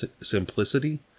simplicity